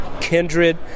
Kindred